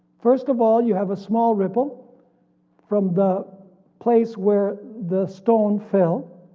first of all you have a small ripple from the place where the stone fell,